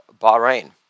Bahrain